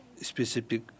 specific